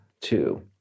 Two